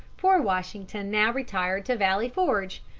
poor washington now retired to valley forge,